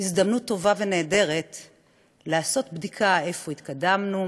הזדמנות טובה ונהדרת לעשות בדיקה איפה התקדמנו,